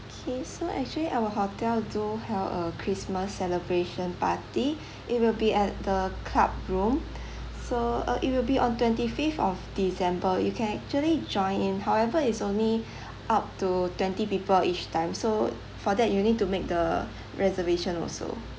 K so actually our hotel do held a christmas celebration party it will be at the club room so uh it will be on twenty fifth of december you can actually join in however it's only up to twenty people each time so for that you need to make the reservation also